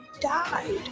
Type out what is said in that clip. died